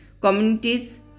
communities